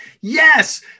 yes